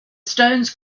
stones